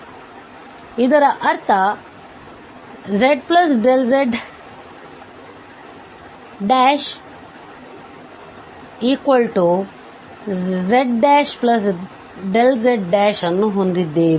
ಆದ್ದರಿಂದ ಇದರ ಅರ್ಥ ಈ zz ನಾವು zzzzಅನ್ನು ಹೊಂದಿದ್ದೇವೆ